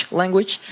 language